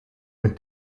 mit